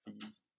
fees